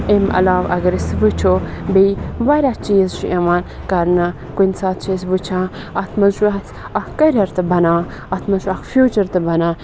امہِ علاوٕ اگر أسۍ وٕچھو بیٚیہِ واریاہ چیٖز چھِ یِوان کَرنہٕ کُنہِ ساتہٕ چھِ أسۍ وٕچھان اَتھ منٛز چھُ اَسہِ اَکھ کٮ۪ریَر تہِ بَنان اَتھ منٛز چھُ اَکھ فیوٗچَر تہِ بَنان